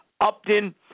Upton